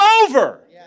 over